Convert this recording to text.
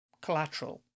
collateral